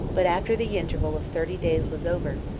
but after the interval of thirty days was over,